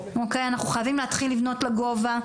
אנחנו חייבים להתחיל לבנות לגובה,